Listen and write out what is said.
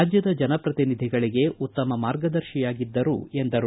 ರಾಜ್ಯದ ಜನಪ್ರತಿನಿಧಿಗಳಿಗೆ ಉತ್ತಮ ಮಾರ್ಗದರ್ಶಿಯಾಗಿದ್ದರು ಎಂದರು